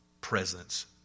presence